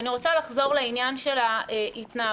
ואני רוצה לחזור לעניין של ההתנהגות